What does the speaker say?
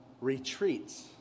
retreats